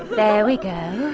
there we go.